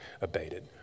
abated